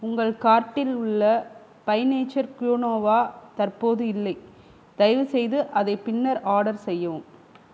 உங்கள் கார்ட்டில் உள்ள பை நேச்சர் குயினோவா தற்போது இல்லை தயவுசெய்து அதை பின்னர் ஆர்டர் செய்யவும்